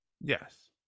Yes